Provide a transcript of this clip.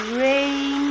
rain